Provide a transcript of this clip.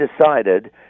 decided